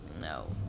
no